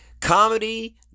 Comedy